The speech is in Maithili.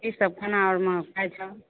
की सब खाना उना खाय छऽ